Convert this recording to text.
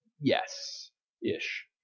Yes-ish